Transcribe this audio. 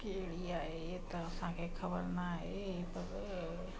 कहिड़ी आहे त असांखे ख़बर न आहे हे थो